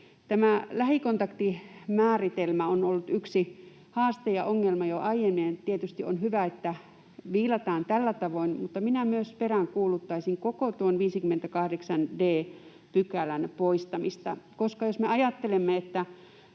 Tämä lähikontaktimääritelmä on ollut yksi haaste ja ongelma jo aiemmin, ja tietysti on hyvä, että sitä viilataan tällä tavoin, mutta myös minä peräänkuuluttaisin koko tuon 58 d §:n poistamista, koska jos me ajattelemme, että